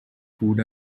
food